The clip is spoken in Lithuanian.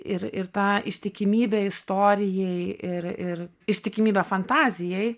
ir ir tą ištikimybę istorijai ir ir ištikimybę fantazijai